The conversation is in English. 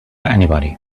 anybody